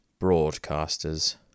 broadcasters